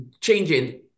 changing